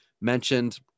mentioned